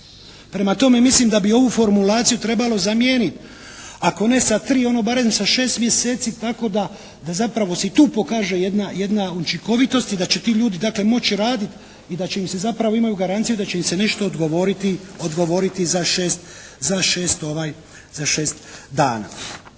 Prema tome mislim da bi ovu formulaciju trebalo zamijeniti ako ne sa 3 ono barem sa 6 mjeseci tako da zapravo se tu pokaže jedna učinkovitost i da će ti ljudi dakle moći raditi i da će im se zapravo imaju garancije da će im se nešto odgovoriti za šest dana.